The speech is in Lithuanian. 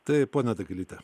taip ponia dagilytė